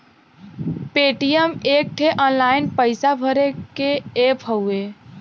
Paytm एक ठे online पइसा भरे के ऐप हउवे